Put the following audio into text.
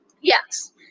yes